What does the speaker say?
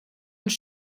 uns